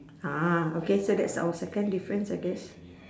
ah okay so that's our second difference I guess